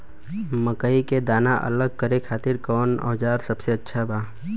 मकई के दाना अलग करे खातिर कौन औज़ार सबसे अच्छा बा?